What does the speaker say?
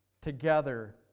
together